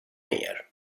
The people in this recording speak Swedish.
mer